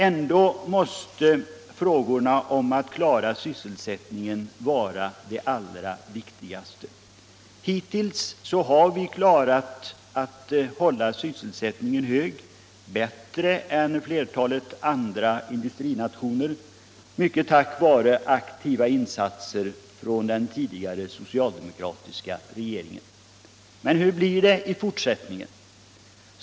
Ändå måste frågorna om att klara sysselsättningen vara det allra viktigaste. Hittills har vi bättre än flertalet andra industrinationer lyckats hålla sysselsättningen på en hög nivå, mycket tack vare aktiva insatser från den tidigare socialdemokratiska regeringen. Men hur blir det i fortsättningen?